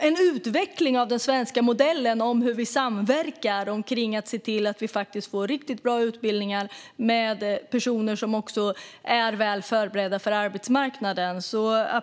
en utveckling av den svenska modellen när det gäller hur vi samverkar för att se till att vi får riktigt bra utbildningar med personer som också är väl förberedda för arbetsmarknaden.